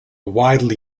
widely